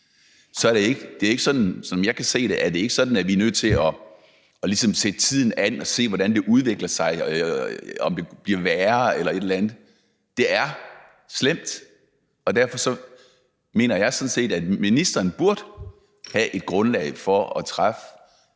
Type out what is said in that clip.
se det, sådan, at vi er nødt til ligesom at se tiden an og se, hvordan det udvikler sig, altså om det bliver værre eller et eller andet. Det er slemt, og derfor mener jeg sådan set, at ministeren burde have et grundlag for at gøre